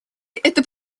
это